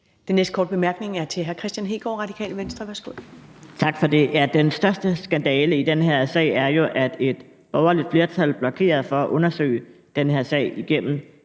Den næste korte bemærkning er til hr. Kristian Hegaard, Radikale Venstre. Værsgo. Kl. 11:25 Kristian Hegaard (RV): Tak for det. Den største skandale i den her sag er jo, at et borgerligt flertal har blokeret for at undersøge den her sag igennem